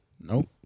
nope